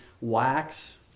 wax